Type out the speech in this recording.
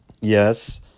Yes